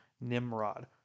Nimrod